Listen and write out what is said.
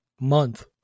month